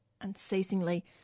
unceasingly